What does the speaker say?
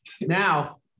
Now